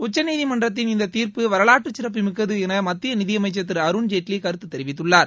உச்சநீதிமன்றத்தின் இந்த தீர்ப்பு வரலாற்றுச்சிறப்புமிக்கது என மத்திய நிதியமைச்சர் திரு அருண்ஜேட்லி கருத்து தெரிவித்துள்ளார்